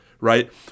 right